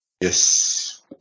Yes